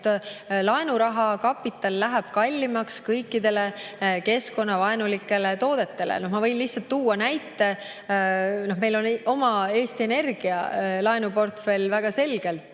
laenuraha ja kapital läheb kallimaks kõikidele keskkonnavaenulikele toodetele. Ma võin tuua näite. Eesti Energia laenuportfell väga selgelt